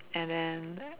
and then